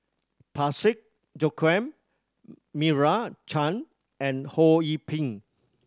Parsick Joaquim Meira Chand and Ho Yee Ping